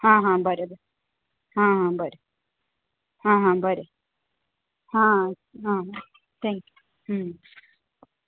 हां हां बरें हां हां बरें हां हां बरें हां आं थँक्यू